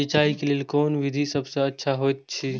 सिंचाई क लेल कोन विधि सबसँ अच्छा होयत अछि?